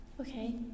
Okay